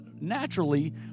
naturally